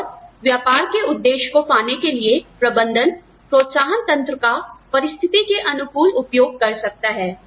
और व्यापार के उद्देश्य को पाने के लिए प्रबंधन प्रोत्साहन तंत्र का परिस्थिति के अनुकूल उपयोग कर सकता है